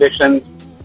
conditions